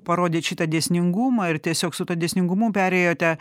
parodėt šitą dėsningumą ir tiesiog su tuo dėsningumu perėjote